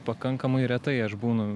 pakankamai retai aš būnu